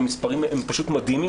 שהמספרים הם פשוט מדהימים,